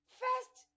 first